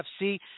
FC